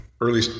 early